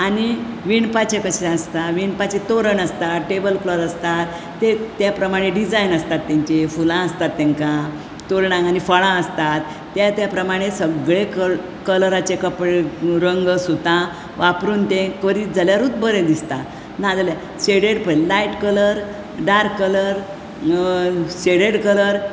आनी विणपाचे कशें आसता विणपाचे तोरण आसता टेबलक्लॉथ आसता ते त्या प्रमाणे डिजायन आसतात तेंचेर फुलां आसता तेंकां तोरणाक फळां आसता त्या त्या प्रमाणे सगळे क कलराचे कपडे रंग सुतां वापरून ते करीत जाल्यारूत ते बरें दिसता नाजाल्या शेडेड पय light colour dark colour shaded colour